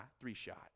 three-shot